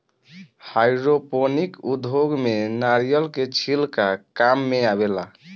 hydroponic उद्योग में नारिलय के छिलका काम मेआवेला